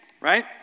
right